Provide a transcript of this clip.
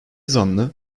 zanlı